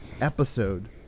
episode